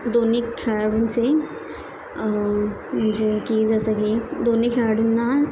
दोन्ही खेळाडूंचे म्हणजे की जसं की दोन्ही खेळाडूंना